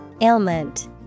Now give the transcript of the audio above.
Ailment